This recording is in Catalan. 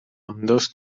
ambdós